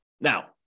Now